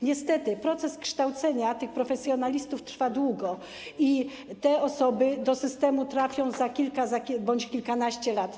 Niestety proces kształcenia tych profesjonalistów trwa długo i te osoby do systemu trafią za kilka bądź kilkanaście lat.